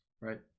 right